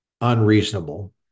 unreasonable